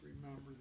remember